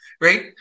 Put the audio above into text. Right